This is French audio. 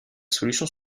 solutions